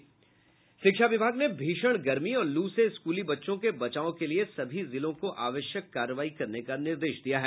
शिक्षा विभाग ने भीषण गर्मी और लू से स्कूली बच्चों के बचाव के लिए सभी जिलों को आवश्यक कार्रवाई करने का निर्देश दिया है